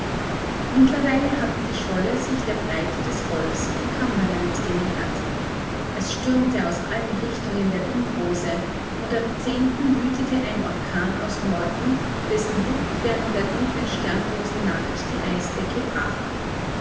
mittlerweile hatte die scholle sich der breite des golfs von cumberland genähert es stürmte aus allen richtungen der windrose und am wütete ein orkan aus norden dessen wucht während der dunklen sternlosen nacht die eisdecke brach